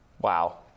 wow